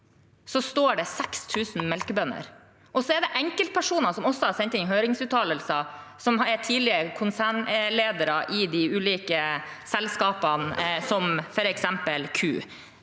står det 6 000 melkebønder. Det er også enkeltpersoner som har sendt inn høringsuttalelser, f.eks. tidligere konsernledere i de ulike selskapene, som f.eks.